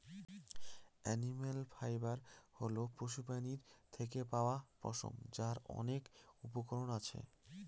animal fibre হল পশুপ্রাণীর থেকে পাওয়া পশম, যার অনেক উপকরণ আছে